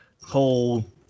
whole